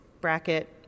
bracket